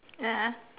a'ah